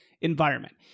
environment